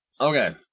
Okay